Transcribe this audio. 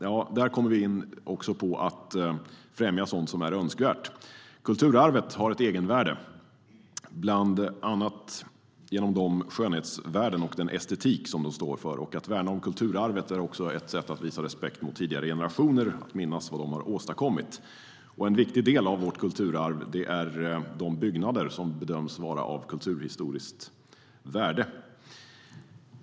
Jo, här kommer vi in på att främja sådant som är önskvärt. En viktig del av vårt kulturarv är de byggnader som bedöms vara av kulturhistoriskt värde.